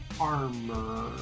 armor